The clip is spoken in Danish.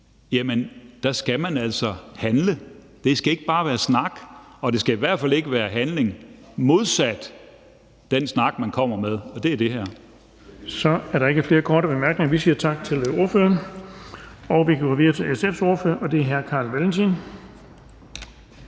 altså skal handle. Det skal ikke bare være snak, og det skal i hvert fald ikke være handling modsat den snak, man kommer med, og det er det her. Kl. 18:30 Den fg. formand (Erling Bonnesen): Så er der ikke flere korte bemærkninger. Vi siger tak til ordføreren. Vi kan gå videre til SF's ordfører, og det er hr. Carl Valentin.